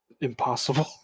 impossible